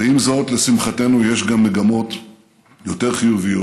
ועם זאת, לשמחתנו, יש גם מגמות יותר חיוביות